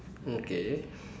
okay